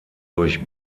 durch